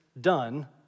done